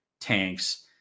tanks